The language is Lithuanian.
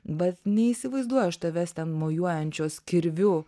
vat neįsivaizduoju aš tavęs ten mojuojančios kirviu